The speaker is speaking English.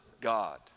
God